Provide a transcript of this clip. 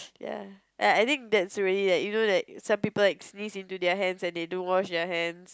ya I I think that's really like you know some people sneeze into their hands and they don't wash their hands